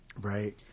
Right